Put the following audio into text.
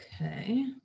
Okay